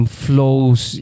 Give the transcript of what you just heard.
flows